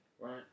Right